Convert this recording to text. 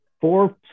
four